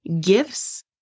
gifts